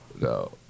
No